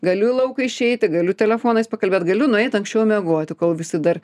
galiu į lauką išeiti galiu telefonais pakalbėt galiu nueit anksčiau miegot kol visi dar